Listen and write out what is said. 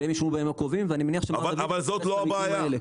והם ישולמו בימים הקרובים ואני מניח שהם יקבלו את הכספים האלה.